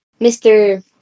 Mr